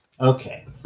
Okay